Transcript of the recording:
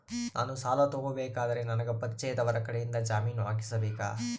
ನಾನು ಸಾಲ ತಗೋಬೇಕಾದರೆ ನನಗ ಪರಿಚಯದವರ ಕಡೆಯಿಂದ ಜಾಮೇನು ಹಾಕಿಸಬೇಕಾ?